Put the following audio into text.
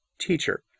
teacher